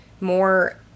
more